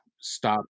stop